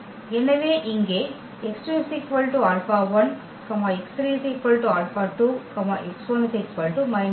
எனவே இங்கே ⇒ x2 ∝1 x3 ∝2 x1 −∝2